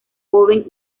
joven